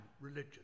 religion